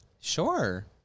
Sure